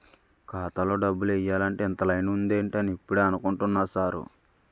ఖాతాలో డబ్బులు ఎయ్యాలంటే ఇంత లైను ఉందేటి అని ఇప్పుడే అనుకుంటున్నా సారు